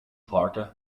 páirce